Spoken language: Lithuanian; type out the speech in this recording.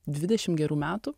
dvidešim gerų metų